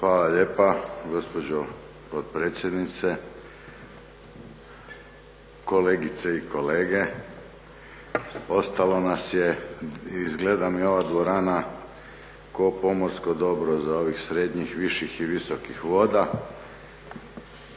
Hvala lijepa gospođo potpredsjednice. Kolegice i kolege. Ostalo nas je, izgleda mi ova dvorana kao pomorsko dobro za ovih srednjih, viših i visokih voda.